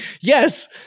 yes